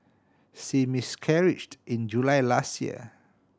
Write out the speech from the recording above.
she miscarried in July last year